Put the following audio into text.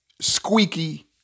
squeaky